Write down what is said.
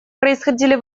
происходили